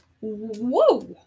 whoa